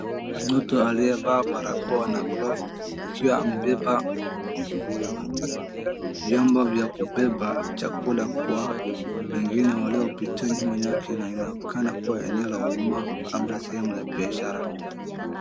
Mtu aliyevaa barakoa na glovu akiwa amebeba vyombo vya kubeba chakula kwa wengine waliopita nyuma yake na inaonekana kuwa eneo la umma, labda sehemu ya biashara.